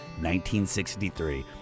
1963